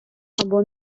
або